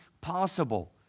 possible